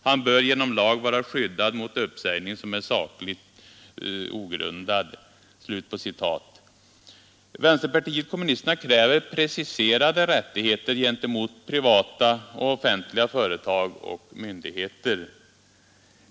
Han bör genom lag vara skyddad mot uppsägning som är sakligt ogrundad.” Vänsterpartiet kommunisterna kräver preciserade rättigheter gentemot privata och offentliga företag och myndigheter.